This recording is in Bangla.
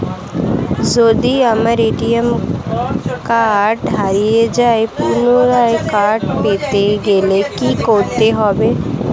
যদি আমার এ.টি.এম কার্ড হারিয়ে যায় পুনরায় কার্ড পেতে গেলে কি করতে হবে?